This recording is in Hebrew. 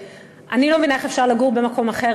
אני לא מבינה איך אפשר לגור במקום אחר,